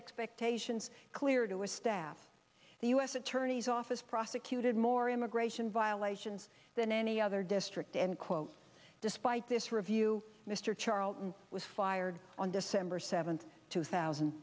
expectations clear to his staff the u s attorney's office prosecuted more immigration violations than any other district and quote despite this review mr charlton was fired on december seventh two thousand